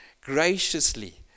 graciously